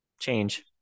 change